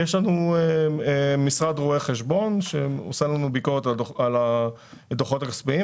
יש לנו משרד רואה חשבון שעושה לנו ביקורת על הדוחות הכספיים.